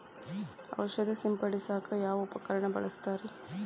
ಔಷಧಿ ಸಿಂಪಡಿಸಕ ಯಾವ ಉಪಕರಣ ಬಳಸುತ್ತಾರಿ?